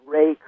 Ray